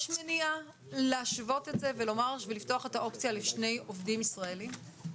יש מניעה להשוות את זה ולפתוח את האופציה לשני עובדים ישראלים?